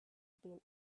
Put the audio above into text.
been